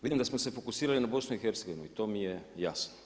Vidim da smo se fokusirali na BIH i to mi je jasno.